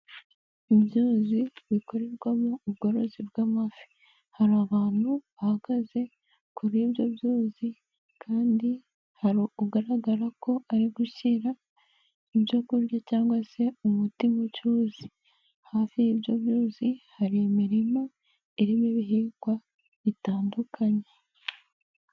Inzuzi zikorerwamo ubworozi bw'amafi, hari abantu bahagaze kuri ibyo byuzi kandi hari ugaragara ko ari gushyira ibyo kurya cyangwa se umuti muri ibyo byuzi, hafi y'ibyo byuzi hari imirima irimo ibihingwa bitandukanye.